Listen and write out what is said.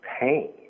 pain